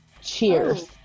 Cheers